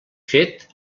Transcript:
fet